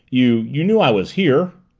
you you knew i was here.